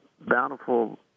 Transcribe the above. bountiful